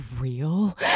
real